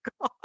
God